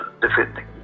defending